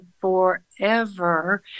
forever